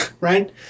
Right